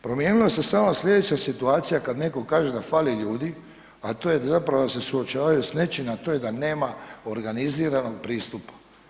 Promijenila se samo sljedeća situacija kad neko kaže da fali ljudi a to je da se zapravo suočavaju s nečim a to je da nema organiziranog pristupa.